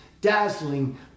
dazzling